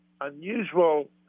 unusual